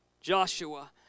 Joshua